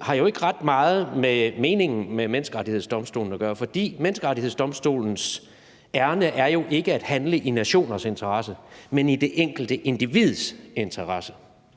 har jo ikke ret meget med meningen med Menneskerettighedsdomstolen at gøre, for Menneskerettighedsdomstolens ærinde er jo ikke at handle i nationers interesse, men i det enkelte individs interesse.